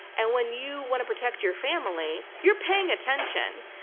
and when you want to protect your family, you're paying attention,